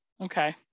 Okay